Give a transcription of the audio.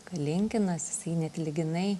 kalinkinas jisai neatlyginai